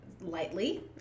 lightly